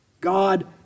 God